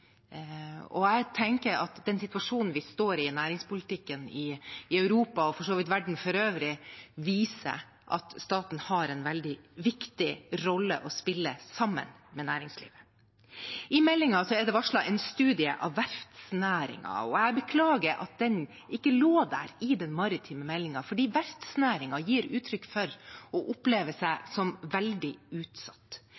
og jeg tenker at den situasjonen vi står i i næringspolitikken i Europa, og for så vidt i verden for øvrig, viser at staten har en veldig viktig rolle å spille sammen med næringslivet. I meldingen er det varslet en studie av verftsnæringen, og jeg beklager at den ikke lå der i den maritime meldingen. Verftsnæringen gir uttrykk for